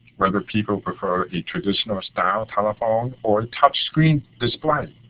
whether people prefer a traditional style telephone or touchscreen display,